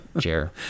chair